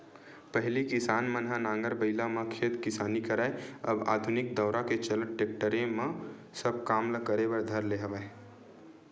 पहिली किसान मन ह नांगर बइला म खेत किसानी करय अब आधुनिक दौरा के चलत टेक्टरे म सब काम ल करे बर धर ले हवय